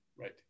right